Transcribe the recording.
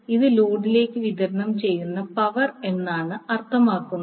ഇത് ലോഡിലേക്ക് വിതരണം ചെയ്യുന്ന പവർ എന്നാണ് അർത്ഥമാക്കുന്നത്